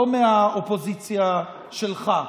לא מהאופוזיציה שלך,